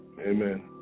Amen